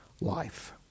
life